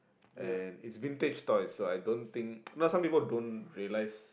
and it's vintage toys so I don't think you know some people don't realise